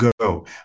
go